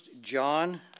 John